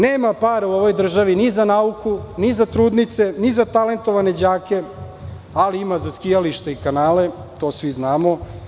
Nema para u ovoj državi ni za nauku, ni za trudnice, ni za talentovane đake, ali ima za skijalište i kanale to svi znamo.